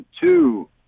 two